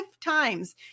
times